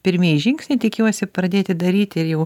pirmieji žingsniai tikiuosi pradėti daryti ir jau